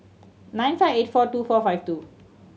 nine five eight four two four five two